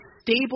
stable